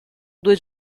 due